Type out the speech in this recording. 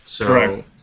Correct